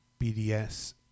BDS